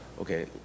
okay